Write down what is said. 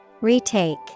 Retake